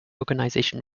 organization